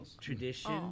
tradition